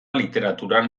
literaturan